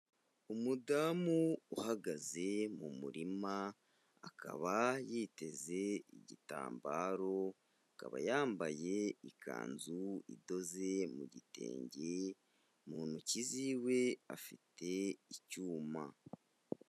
Umudamu uhagaze mu murima, akaba yiteze igitambaro, akaba yambaye ikanzu idoze mu gitenge, mu ntoki ziwe afite icyuma.